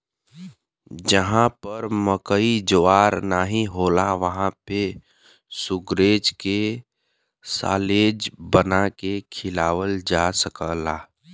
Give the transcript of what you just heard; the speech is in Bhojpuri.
जहां पर मकई ज्वार नाहीं होला वहां पे शुगरग्रेज के साल्लेज बना के खियावल जा सकला